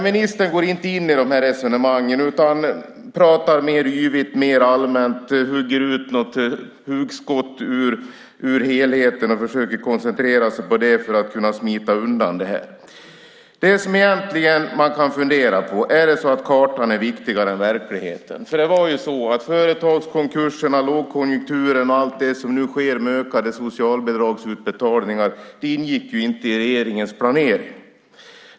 Ministern går inte in på de resonemangen, utan pratar mer yvigt och allmänt. Han hugger ut något ur helheten och försöker koncentrera sig på det för att kunna smita undan. Man kan fundera över om kartan är viktigare än verkligheten. Företagskonkurserna, lågkonjunkturen och allt det som nu sker med ökade socialbidragsutbetalningar ingick ju inte i regeringens planering.